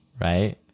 right